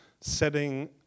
setting